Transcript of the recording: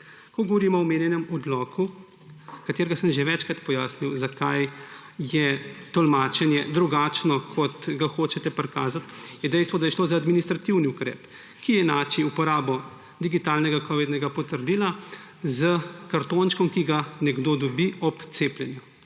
Ko govorimo o omenjenem odloku, ki sem ga že večkrat pojasnil, zakaj je tolmačenje drugačno, kot ga hočete prikazati, je dejstvo, da je šlo za administrativen ukrep, ki enači uporabo digitalnega covidnega potrdila s kartončkom, ki ga nekdo dobi ob cepljenju.